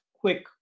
quick